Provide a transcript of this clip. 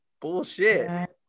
Bullshit